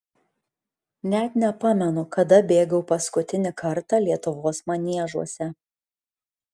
net nepamenu kada bėgau paskutinį kartą lietuvos maniežuose